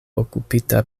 okupita